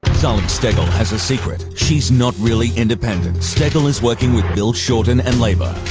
so steggall has a secret. she's not really independent. steggall is working with bill shorten and labor.